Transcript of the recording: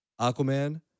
Aquaman